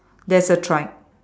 there's a tri~